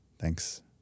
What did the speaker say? Thanks